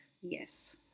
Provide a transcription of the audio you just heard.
Yes